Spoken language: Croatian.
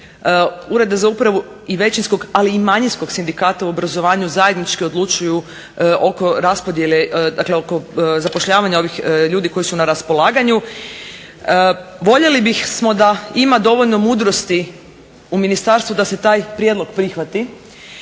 Ureda za upravu i većinskog, ali i manjinskog sindikata u obrazovanju zajednički odlučuju oko raspodjele, dakle oko zapošljavanja ovih ljudi koji su na raspolaganju. Voljeli bismo da ima dovoljno mudrosti u ministarstvu da se taj prijedlog prihvati.